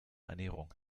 ernährung